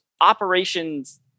operations